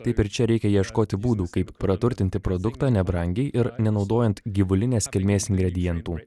taip ir čia reikia ieškoti būdų kaip praturtinti produktą nebrangiai ir nenaudojant gyvulinės kilmės ingredientų